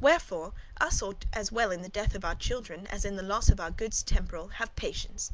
wherefore us ought as well in the death of our children, as in the loss of our goods temporal, have patience.